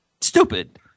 stupid